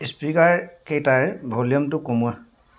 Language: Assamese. স্পীকাৰকেইটাৰ ভলিউমটো কমোৱা